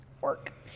Work